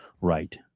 right